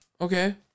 Okay